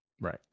right